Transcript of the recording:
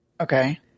Okay